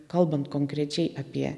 kalbant konkrečiai apie